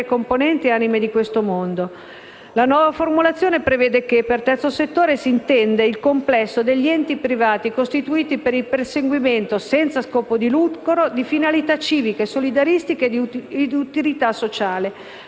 componenti e anime di questo mondo. La nuova formulazione prevede che: «Per terzo settore si intende il complesso degli enti privati costituiti per il perseguimento, senza scopo di lucro, di finalità civiche, solidaristiche e di utilità sociale».